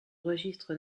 registre